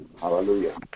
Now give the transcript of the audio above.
Hallelujah